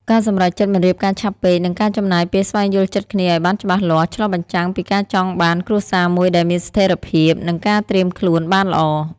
ការសម្រេចចិត្តមិនរៀបការឆាប់ពេក និងការចំណាយពេលស្វែងយល់ចិត្តគ្នាឱ្យបានច្បាស់លាស់ ឆ្លុះបញ្ចាំងពីការចង់បានគ្រួសារមួយដែលមានស្ថិរភាព និងការត្រៀមខ្លួនបានល្អ។